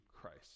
Christ